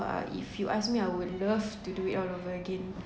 uh if you ask me I would love to do it all over again